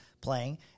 playing